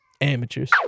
Amateurs